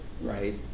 right